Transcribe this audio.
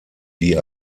die